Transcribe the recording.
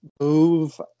move